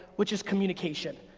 which is communication.